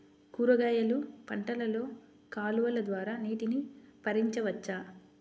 కూరగాయలు పంటలలో కాలువలు ద్వారా నీటిని పరించవచ్చా?